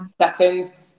seconds